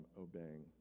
obeying